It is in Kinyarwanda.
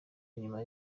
nyuma